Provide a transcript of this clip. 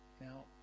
Now